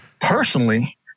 personally